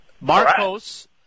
Marcos